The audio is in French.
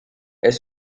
est